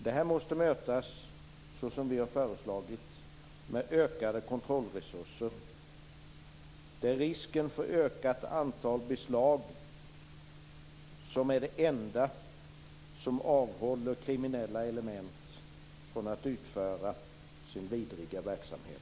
Detta måste mötas, som vi har föreslagit, med ökade kontrollresurser. Risken för beslag är det enda som avhåller kriminella element från att utföra sin vidriga verksamhet.